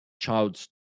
child's